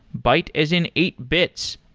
byte as in eight bits.